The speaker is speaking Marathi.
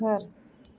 घर